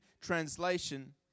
Translation